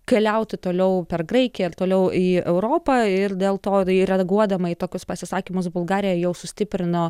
keliauti toliau per graikiją ir toliau į europą ir dėl to tai reaguodama į tokius pasisakymus bulgarija jau sustiprino